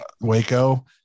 Waco